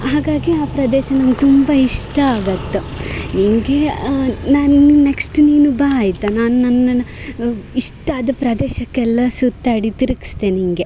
ಹಾಗಾಗಿ ಆ ಪ್ರದೇಶ ನಂಗೆ ತುಂಬ ಇಷ್ಟ ಆಗತ್ತೆ ನಿನಗೆ ನಾನು ನೆಕ್ಸ್ಟ್ ನೀನು ಬಾ ಆಯಿತಾ ನಾ ನನ್ನ ಇಷ್ಟ ಆದ ಪ್ರದೇಶಕ್ಕೆಲ್ಲ ಸುತ್ತಾಡಿ ತಿರುಗಿಸ್ತೆ ನಿನಗೆ